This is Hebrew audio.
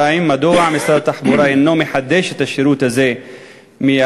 2. מדוע משרד התחבורה אינו מחדש את השירות הזה מייד?